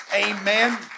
Amen